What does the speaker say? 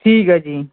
ਠੀਕ ਹੈ ਜੀ